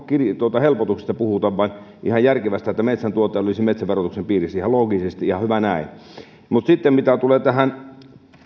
verohelpotuksista puhuta vaan ihan järkevästi siitä että metsän tuote olisi metsäverotuksen piirissä ihan loogisesti ihan hyvä näin mitä sitten tulee tähän